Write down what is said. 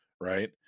right